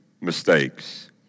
mistakes